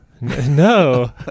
No